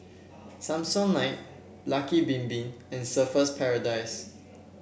Samsonite Lucky Bin Bin and Surfer's Paradise